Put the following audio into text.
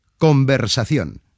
Conversación